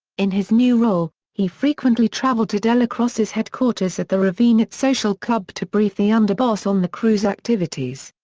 in his new role, he frequently traveled to dellacroce's headquarters at the ravenite social club to brief the underboss on the crew's activities.